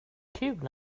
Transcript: kul